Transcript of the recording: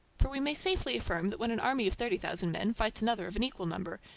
for we may safely affirm that when an army of thirty thousand men fights another of an equal number,